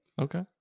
Okay